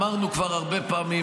אמרנו כבר הרבה פעמים,